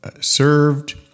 served